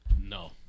No